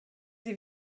sie